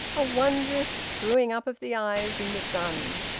a wondrous screwing-up of the eyes in the sun!